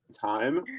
time